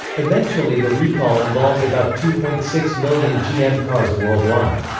eventually the recall involved about two point six million gm cars worldwide.